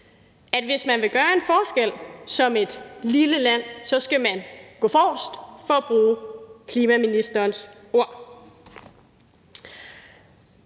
at hvis man vil gøre en forskel som et lille land, skal man gå forrest, for at bruge klima-, energi- og